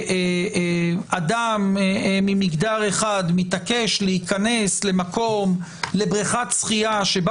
אדם ממגדר אחד מתעקש לבריכת שחייה שבה